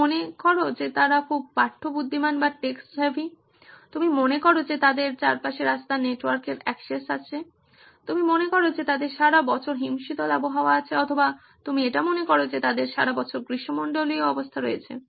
তুমি মনে করো যে তারা খুব পাঠ্য বুদ্ধিমান তুমি মনে করো যে তাদের চারপাশে রাস্তার নেটওয়ার্কের অ্যাক্সেস আছে তুমি মনে করো যে তাদের সারা বছর হিমশীতল আবহাওয়া আছে অথবা তুমি মনে করো যে তাদের সারা বছর গ্রীষ্মমন্ডলীয় অবস্থা রয়েছে